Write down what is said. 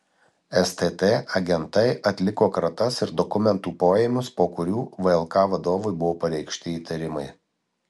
stt agentai atliko kratas ir dokumentų poėmius po kurių vlk vadovui buvo pareikšti įtarimai